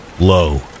low